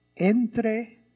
entre